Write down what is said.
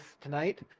tonight